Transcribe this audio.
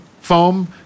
foam